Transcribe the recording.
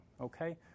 okay